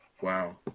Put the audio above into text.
Wow